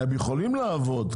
הם כמובן יכולים לעבוד,